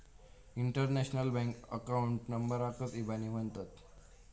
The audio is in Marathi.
इंटरनॅशनल बँक अकाऊंट नंबराकच इबानी म्हणतत